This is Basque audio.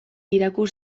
irakur